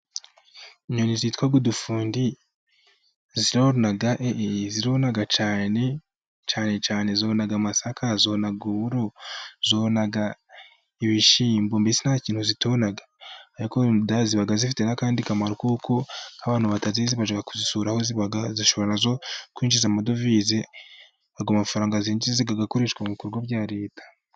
Inyoni zitwa udufundi zina, zirona cyane cyane cyane, zona amasaka, zona uburo, zona ibishyimbo, mbise ntakintu zitona, ariko ziba zifite akandi kamaro kuko abantu batazizi bajya kuzisura aho ziba, zishobora nazo kwinjiza amadovize, ayo amafaranga zinjize agakoreshwa mukorwa bya leta.